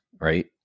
right